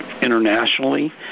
internationally